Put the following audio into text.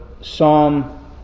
Psalm